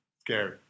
scary